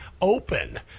open